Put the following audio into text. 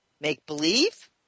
make-believe